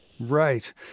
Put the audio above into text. Right